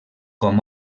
com